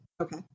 okay